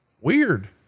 weird